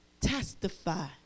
testify